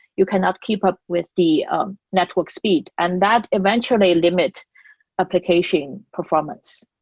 you cannot keep up with the network speed. and that eventually limit application performance.